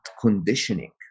conditioning